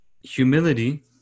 Humility